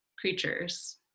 creatures